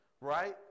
right